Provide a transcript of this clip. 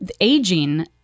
aging